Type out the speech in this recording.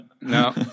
no